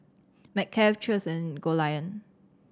McCafe Cheers and Goldlion